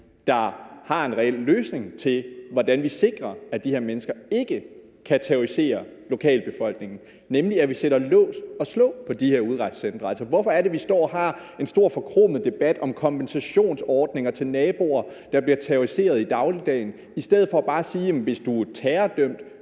der har en reel løsning til, hvordan vi sikrer, at de her mennesker ikke kan terrorisere lokalbefolkningen, nemlig at vi sætter lås og slå på de her udrejsecentre? Hvorfor er det, at vi står og har en stor, forkromet debat om kompensationsordninger til naboer, der bliver terroriseret i dagligdagen, i stedet for bare at sige, at hvis du er terrordømt,